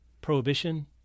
prohibition